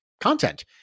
content